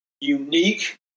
unique